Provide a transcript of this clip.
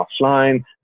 offline